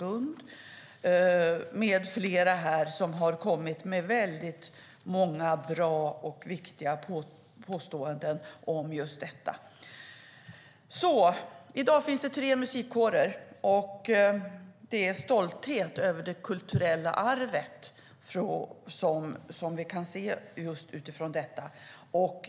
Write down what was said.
Jag hoppas att ministern har sett och läst dessa brev, för de är ställda till ministern. I dag finns det tre musikkårer. Det är stolthet över det kulturella arvet som vi kan se i alla dessa reaktioner.